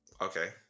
Okay